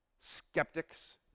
Skeptics